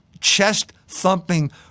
chest-thumping